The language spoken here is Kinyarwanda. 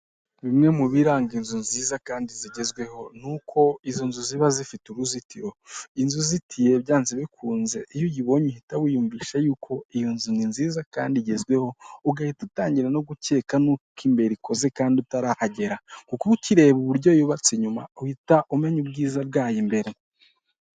Bimwe mu biranga inzu nziza kandi zigezweho ni uko izo nzu ziba zifite uruzitiro. Inzu izitiye byanze bikunze iyo uyibonye uhita wiyumvisha yuko iyo nzu ni nziza kandi igezweho, ugahita utangira no gukeka nuko imbere ikoze kandi utarahagera, kuko ukireba uburyo yubatse inyuma uhita umenya ubwiza bwayo imbere.